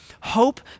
Hope